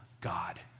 God